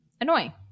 annoying